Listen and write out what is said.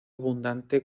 abundante